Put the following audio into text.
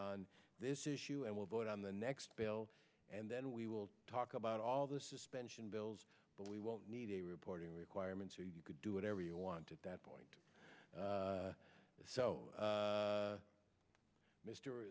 on this issue and will vote on the next bill and then we will talk about all the suspension bills but we won't need a reporting requirement so you could do whatever you want at that point